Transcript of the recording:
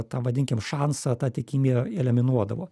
tą vadinkim šansą tą tikimybę eliminuodavo